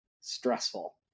stressful